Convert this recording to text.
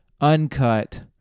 uncut